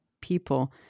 people